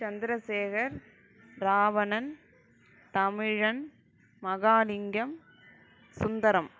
Chandrasekhar Ravanan Tamilan Mahalingam Sundaram